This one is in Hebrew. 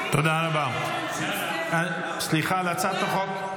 וכדאי שכולנו נשקיע מאמץ לאשר אותו כמה שיותר מהר,